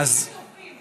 מעטים וטובים.